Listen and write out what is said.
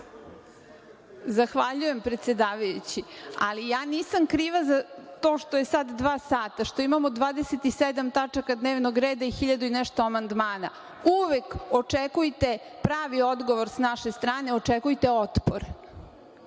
Zahvaljujem, predsedavajući, ali ja nisam kriva za to što je sada dva sata, što imamo 27 tačaka dnevnog reda i hiljadu i nešto amandmana. Uvek očekujete, pravi odgovor sa naše strane, očekujte otpor.